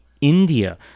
India